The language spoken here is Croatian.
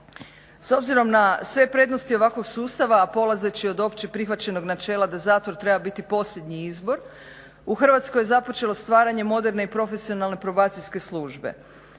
S obzirom na sve prednosti ovakvog sustava polazeći od opće prihvaćenog načela da zatvor treba biti posljednji izbor u Hrvatskoj je započelo stvaranje moderne i profesionalne Probacijska službe.